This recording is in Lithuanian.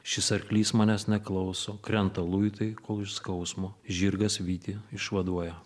šis arklys manęs neklauso krenta luitai kol iš skausmo žirgas vytį išvaduoja